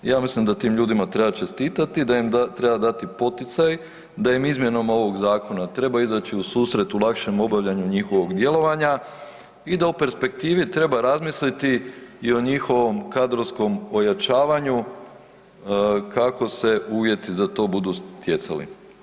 Ja mislim da tim ljudima treba čestitati, da im treba dati poticaj da im izmjenama ovog zakona treba izaći u susret u lakšem obavljanju njihovog djelovanja i da u perspektivi treba razmisliti i o njihovom kadrovskom ojačavanju kako se uvjeti za to budu stjecali.